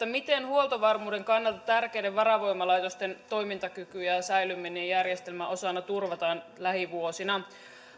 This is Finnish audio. miten huoltovarmuuden kannalta tärkeiden varavoimalaitosten toimintakyky ja ja säilyminen järjestelmän osana turvataan lähivuosina